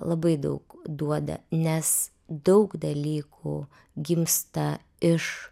labai daug duoda nes daug dalykų gimsta iš